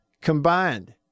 combined